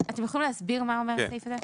אתם יכולים להסביר מה אומר הסעיף הזה?